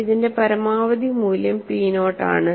ഇതിന്റെ പരമാവധി മൂല്യം p നോട്ട് ആണ്